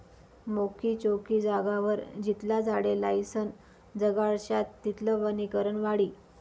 मोकयी चोकयी जागावर जितला झाडे लायीसन जगाडश्यात तितलं वनीकरण वाढी